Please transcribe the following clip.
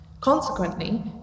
Consequently